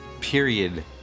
period